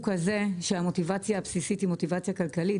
כזה שהמוטיבציה הבסיסית היא מוטיבציה כלכלית.